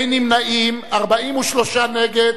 אין נמנעים, 43 נגד.